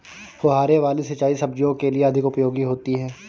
फुहारे वाली सिंचाई सब्जियों के लिए अधिक उपयोगी होती है?